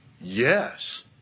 Yes